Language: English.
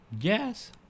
yes